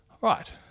right